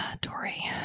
Dory